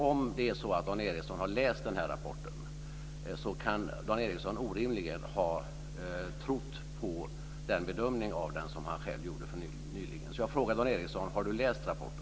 Om det är så att Dan Ericsson har läst den här rapporten kan han orimligen ha trott på den bedömning av den som han själv gjorde nyligen. Jag vill därför fråga honom: Har Dan Ericsson läst rapporten?